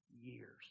years